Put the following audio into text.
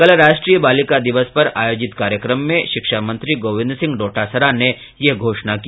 कल राष्ट्रीय बालिका दिवस पर आयोजित कार्यक्रम में शिक्षा मंत्री गोविंद सिंह डोटासरा ने यह घोषणा की